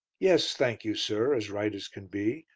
yes, thank you, sir, as right as can be.